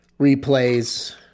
replays